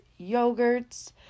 yogurts